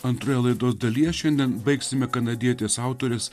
antroje laidos dalyje šiandien baigsime kanadietės autorės